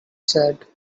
said